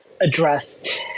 addressed